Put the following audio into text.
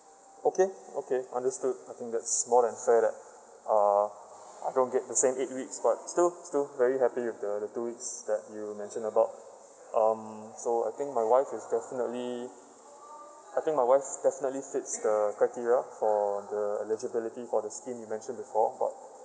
okay okay understood I think that's more than fair then uh I don't get the same eight weeks but still still very happy with the the two weeks that you mentioned about um so I think my wife is definitely I think my wife definitely fits the criteria for the eligibility for the scheme you mentioned before but